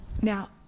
Now